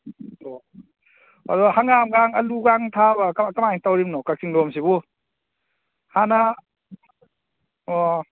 ꯑꯣ ꯑꯗꯣ ꯍꯪꯒꯥꯝꯒꯥꯡ ꯑꯁꯨꯒꯥꯡ ꯊꯥꯕ ꯀꯃꯥꯏ ꯀꯃꯥꯏꯅ ꯇꯧꯔꯤꯕꯅꯣ ꯀꯛꯆꯤꯡ ꯂꯣꯝꯁꯤꯕꯨ ꯍꯥꯟꯅ ꯑꯣ